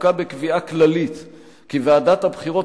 הסתפקה בקביעה כללית כי ועדת הבחירות